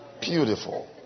Beautiful